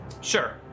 Sure